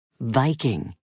Viking